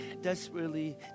desperately